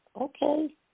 okay